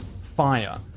Fire